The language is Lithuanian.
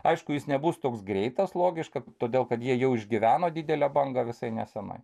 aišku jis nebus toks greitas logiška todėl kad jie jau išgyveno didelę bangą visai nesenai